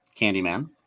Candyman